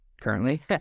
currently